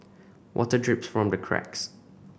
water drips from the cracks